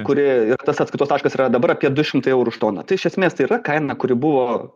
kuri ir tas atskaitos taškas yra dabar apie du šimtai eurų už toną tai iš esmės tai yra kaina kuri buvo